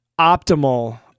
optimal